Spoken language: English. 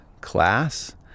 class